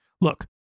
Look